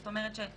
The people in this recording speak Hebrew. זאת אומרת,